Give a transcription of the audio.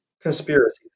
conspiracy